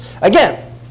Again